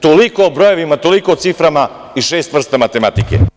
Toliko o brojevima, toliko o ciframa i šest vrsta matematike.